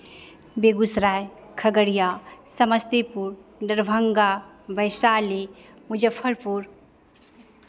Begusarai Khagaria Samastipur Darbhanga Vaishali Muzaffarpur